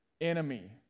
enemy